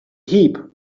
heap